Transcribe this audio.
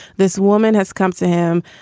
this woman has come to him.